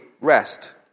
rest